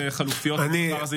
חבר הכנסת משה ארבל,